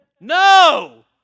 No